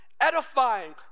edifying